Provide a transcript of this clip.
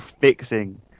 fixing